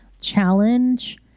challenge